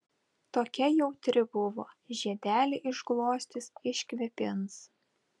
tokia jautri buvo žiedelį išglostys iškvėpins